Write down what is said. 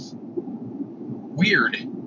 weird